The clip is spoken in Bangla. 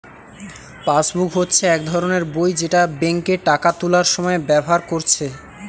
পাসবুক হচ্ছে এক ধরণের বই যেটা বেঙ্কে টাকা তুলার সময় ব্যাভার কোরছে